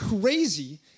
crazy